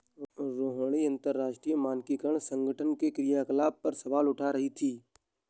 रोहिणी अंतरराष्ट्रीय मानकीकरण संगठन के क्रियाकलाप पर सवाल उठा रही थी